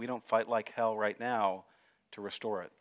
we don't fight like hell right now to restore it